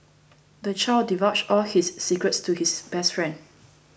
the child divulged all his secrets to his best friend